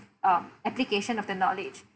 um application of the knowledge